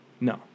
No